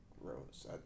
Rose